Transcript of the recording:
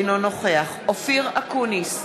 אינו נוכח אופיר אקוניס,